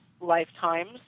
lifetimes